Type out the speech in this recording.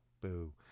boo